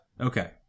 Okay